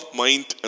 mind